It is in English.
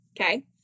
Okay